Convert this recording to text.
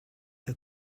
der